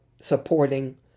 supporting